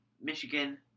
Michigan